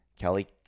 kelly